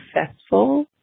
successful